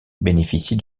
bénéficie